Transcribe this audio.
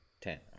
Ten